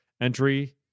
entry